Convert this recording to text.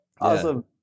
awesome